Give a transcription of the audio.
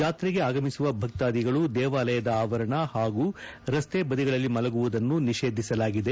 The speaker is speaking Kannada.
ಜಾತ್ರೆಗೆ ಆಗಮಿಸುವ ಭಕ್ತಾಧಿಗಳು ದೇವಾಲಯದ ಆವರಣ ಹಾಗೂ ರಸ್ತೆ ಬದಿಗಳಲ್ಲಿ ಮಲಗುವುದನ್ನು ನಿಷೇಧಿಸಲಾಗಿದೆ